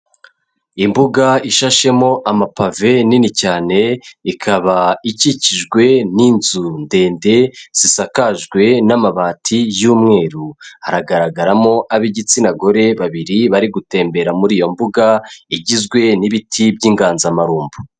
Imbuga ishashemo amapave nini cyane, ikaba ikikijwe n'inzu ndende zisakajwe n'amabati y'umweru, hagaragaramo ab'igitsina gore babiri bari gutembera muri iyo mbuga igizwe n'ibiti by'inganzamarumbo.